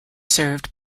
served